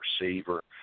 receiver